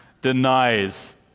denies